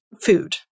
food